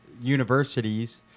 universities